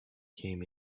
came